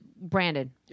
Brandon